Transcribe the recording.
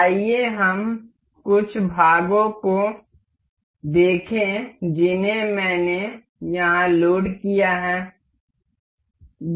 आइए हम कुछ भागों को देखें जिन्हें मैंने यहाँ लोड किया है